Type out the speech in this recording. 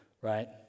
right